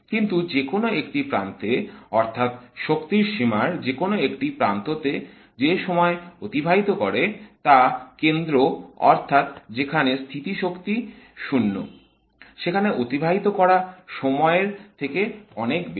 কিন্তু যেকোনো একটি প্রান্তে অর্থাৎ শক্তির সীমার যেকোনো একটি প্রান্ত তে যে সময় অতিবাহিত করে তা কেন্দ্র অর্থাৎ যেখানে স্থিতিশক্তি 0 সেখানে অতিবাহিত করা সময়ের থেকে অনেক অনেক বেশী